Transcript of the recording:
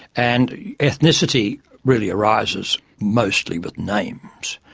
and ethnicity really arises mostly with names.